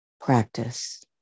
practice